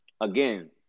again